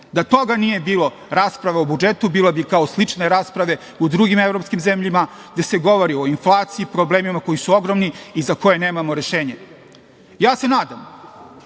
Da toga nije bilo, rasprava o budžetu bi bila kao slične rasprave u drugim evropskim zemljama gde se govori o inflaciji, problemima koji su ogromni i za koje nemamo rešenje. Ja se nadam